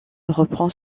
reprend